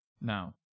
Now